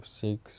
six